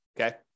Okay